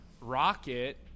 rocket